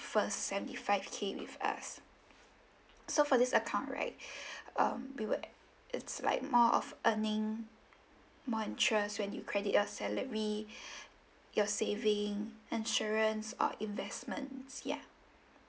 first seventy five K with us so for this account right um we will it's like more of earning more interest when you credit your salary your saving insurance or investments ya